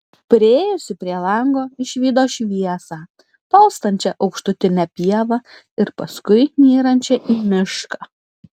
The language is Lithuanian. priėjusi prie lango išvydo šviesą tolstančią aukštutine pieva ir paskui nyrančią į mišką